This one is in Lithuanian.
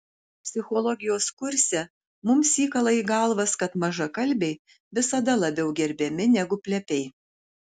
psichologijos kurse mums įkala į galvas kad mažakalbiai visada labiau gerbiami negu plepiai